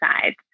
sides